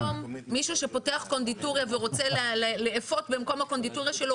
מישהו שפותח קונדיטוריה ורוצה לאפות במקום הקונדיטוריה שלו,